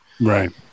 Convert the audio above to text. Right